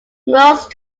most